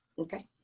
okay